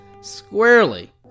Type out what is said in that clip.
squarely